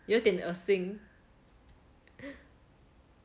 有点恶心